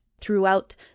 throughout